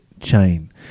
chain